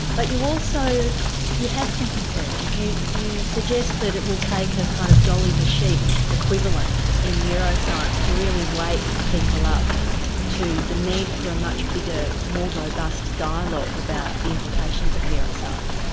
but you also have some concerns, you you suggest that it will take a kind of dolly-the-sheep equivalent in neuroscience to really wake people up to the need for a much bigger, more robust dialogue about the implications of neuroscience. yeah